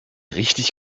richtig